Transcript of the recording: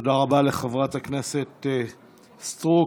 תודה רבה לחברת הכנסת סטרוק.